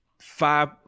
five